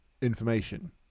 information